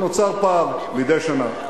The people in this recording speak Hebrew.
ונוצר פער מדי שנה.